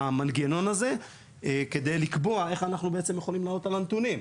המנגנון הזה כדי לקבוע איך אנחנו בעצם יכולים לעלות על הנתונים.